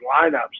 lineups